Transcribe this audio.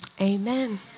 amen